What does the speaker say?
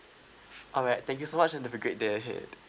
alright thank you so much and have a great day ahead